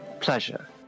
Pleasure